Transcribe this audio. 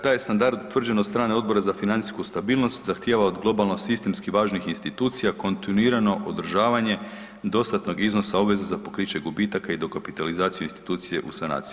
Taj je standard utvrđen od strane Odbora za financijsku stabilnost, zahtjeva od globalno sistemski važnih institucija kontinuirano održavanje dostatnog iznosa obveza za pokriće gubitaka i dokapitalizacije institucije u sanaciji.